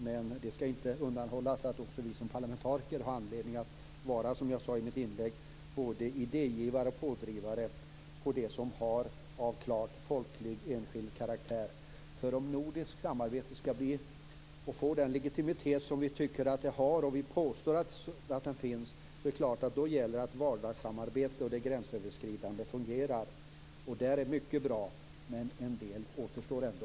Men det skall inte underhållas att också vi som parlamentariker har anledning att vara, som jag sade i mitt inlägg, både idégivare och pådrivare i det som har klart folklig och enskild karaktär. För att ett nordiskt samarbete skall få den legitimitet som vi tycker att det har och som vi påstår finns gäller det att vardagssamarbetet och det gränsöverskridande fungerar. Det är mycket som är bra, men en del återstår ändå.